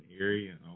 area